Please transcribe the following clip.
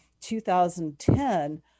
2010